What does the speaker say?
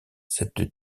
cette